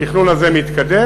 התכנון הזה מתקדם.